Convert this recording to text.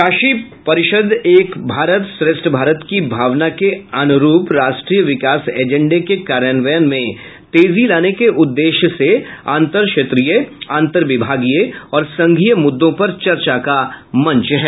शासी परिषद् एक भारत श्रेष्ठ भारत की भावना के अनुरूप राष्ट्रीय विकास एजेंडे के कार्यान्वयन में तेजी लाने के उद्देश्य से अंतरक्षेत्रीय अंतरविभागीय और संघीय मुद्दों पर चर्चा का मंच है